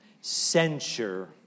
censure